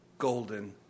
golden